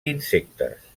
insectes